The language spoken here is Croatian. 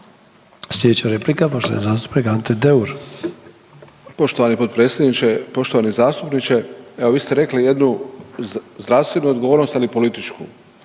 potpredsjedniče. Poštovani zastupniče, evo vi ste rekli jednu zdravstvenu odgovornost, ali i političku.